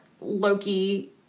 Loki